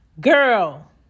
girl